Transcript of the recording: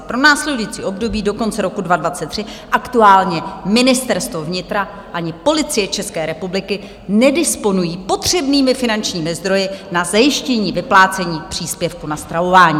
Pro následující období do konce roku 2023 aktuálně Ministerstvo vnitra ani Policie České republiky nedisponují potřebnými finančními zdroji na zajištění vyplácení příspěvku na stravování.